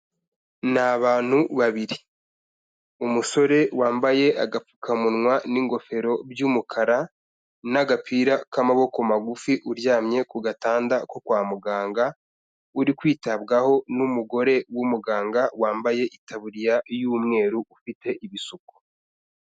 Ni abantu babiri, umusore wambaye agapfukamunwa n'ingofero by'umukara, n'agapira k'amaboko magufi uryamye ku gatanda ko kwa muganga, uri kwitabwaho n'umugore w'umuganga wambaye itaburiya y'umweru ufite ibisuku.